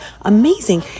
amazing